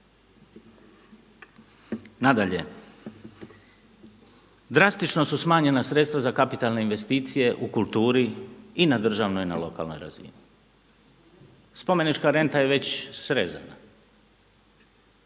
Nadalje, drastično su smanjena sredstva za kapitalne investicije u kulturi i na državnoj i na lokalnoj razini. Spomenička renta je već srezana.